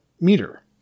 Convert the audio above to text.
meter